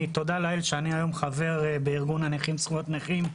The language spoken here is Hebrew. תודה לאל שאני חבר היום בארגון זכויות הנכים,